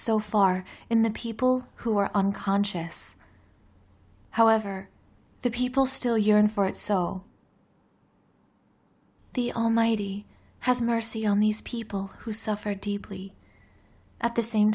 so far in the people who are unconscious however the people still yearn for it so the almighty has mercy on these people who suffer deeply at the same